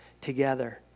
together